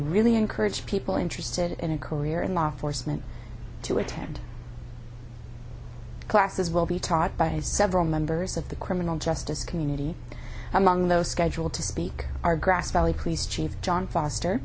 really encourage people interested in a career in law enforcement to attend classes will be taught by several members of the criminal justice community among those scheduled to speak grass valley police chief john foster